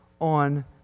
on